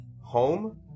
Home